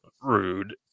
rude